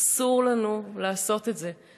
אסור לנו לעשות את זה.